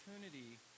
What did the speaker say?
opportunity